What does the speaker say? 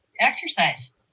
exercise